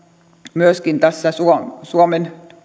myöskin tässä suomen